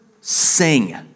sing